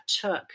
took